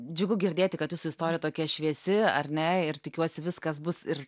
džiugu girdėti kad jūsų istorija tokia šviesi ar ne ir tikiuosi viskas bus ir